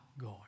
God